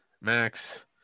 Max